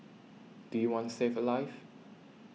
do you want to save a life